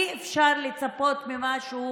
אי-אפשר לצפות ממשהו